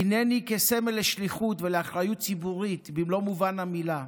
"הינני" כסמל לשליחות ולאחריות ציבורית במלוא מובן המילה.